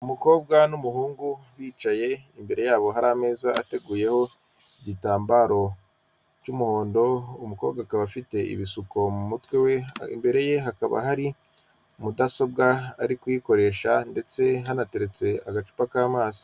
Umukobwa n'umuhungu bicaye imbere yabo hari ameza ateguyeho igitambaro cy'umuhondo umukobwa akaba afite ibisuko mu mutwe, imbere ye hakaba hari mudasobwa ari kuyikoresha ndetse hanateretse agacupa k'amazi.